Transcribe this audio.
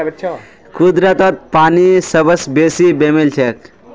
कुदरतत पानी सबस बेसी बेमेल छेक